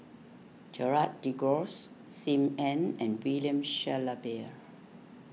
Gerald De Cruz Sim Ann and William Shellabear